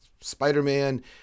Spider-Man